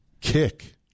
Kick